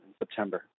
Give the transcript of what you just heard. September